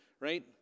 Right